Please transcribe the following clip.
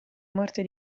morte